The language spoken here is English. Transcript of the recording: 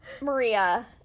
Maria